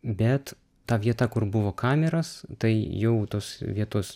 bet ta vieta kur buvo kameros tai jau tos vietos